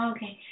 Okay